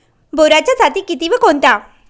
बोराच्या जाती किती व कोणत्या?